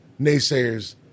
naysayers